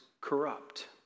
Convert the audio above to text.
corrupt